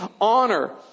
honor